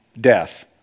death